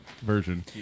version